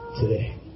today